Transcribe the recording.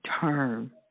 term